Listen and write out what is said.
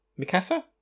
Mikasa